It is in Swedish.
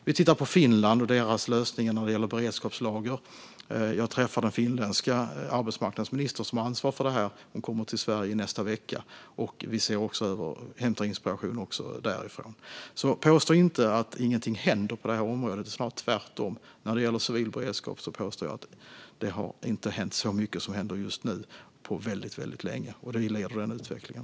Vi tittar på Finland och deras lösningar när det gäller beredskapslager. Jag kommer att träffa den finländska arbetsmarknadsministern, som har ansvar för detta, när hon kommer till Sverige i nästa vecka. Vi hämtar inspiration också därifrån. Så påstå inte att ingenting händer på detta område! Det är snarare tvärtom. När det gäller civil beredskap påstår jag att så mycket som händer just nu inte har hänt på väldigt länge. Och vi leder den utvecklingen.